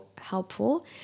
Helpful